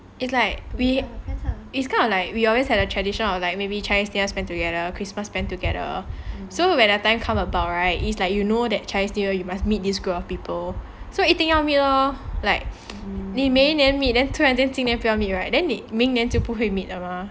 it's like we it's kind of like we always had a tradition of like maybe chinese new year spend together christmas spend together so when the time come about right it's like you know that chinese new year you must meet this group of people so 一定要 meet lor like 你每年 meet then 突然间今年不要 meet right then 明年就不会 meet 了吗